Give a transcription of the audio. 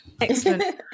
Excellent